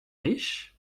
riches